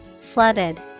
Flooded